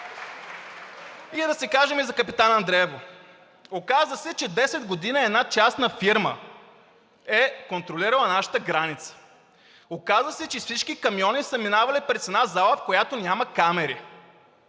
И да си кажем и за Капитан Андреево. Оказа се, че десет години една частна фирма е контролирала нашата граница. Оказа се, че се всички камиони са минавали през една зала, в която няма камери.